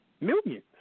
Millions